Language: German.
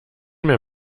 mehr